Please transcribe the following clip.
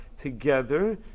together